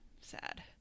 sad